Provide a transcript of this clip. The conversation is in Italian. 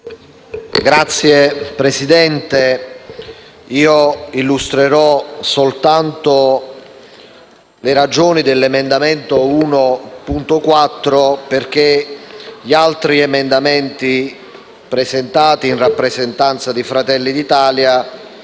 Signor Presidente, illustrerò soltanto le ragioni dell'emendamento 1.4, perché gli altri emendamenti presentati in rappresentanza del Gruppo Fratelli d'Italia